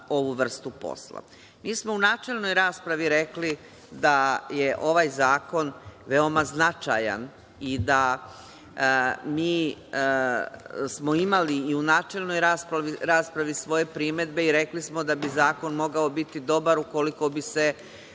ovu vrstu posla. Mi smo u načelnoj raspravi rekli da je ovaj zakon veoma značajan i da mi smo imali i u načelnoj raspravi svoje primedbe i rekli smo da bi zakon mogao biti dobar, ukoliko bi se